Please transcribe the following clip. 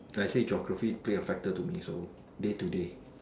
I say geography play a factor to me so day to day